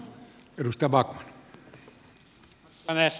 arvoisa päämies